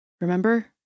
Remember